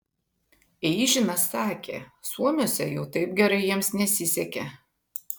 eižinas sakė suomiuose jau taip gerai jiems nesisekė